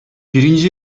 birinci